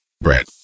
bread